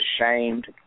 ashamed